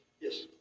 Yes